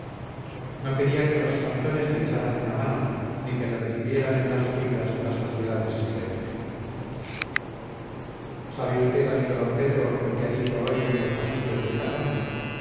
no quería que los santones le echaran una mano ni que le recibieran en las suyas las sociedades secretas sabe usted amigo d pedro lo que ha dicho hoy en los pasillos del casón